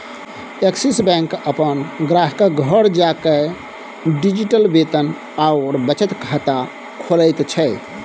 axis Bank अपन ग्राहकक घर जाकए डिजिटल वेतन आओर बचत खाता खोलैत छै